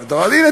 הנה,